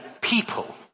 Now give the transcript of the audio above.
people